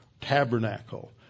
tabernacle